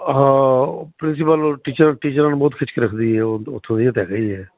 ਹਾਂ ਉਹ principal teacher ਟੀਚਰਾਂ ਨੂੰ ਬਹੁਤ ਖਿੱਚ ਕੇ ਰੱਖਦੀ ਐ ਉਹ ਉੱਥੋਂ ਇਹ ਤਾਂ ਹੈਗਾ ਈ ਐ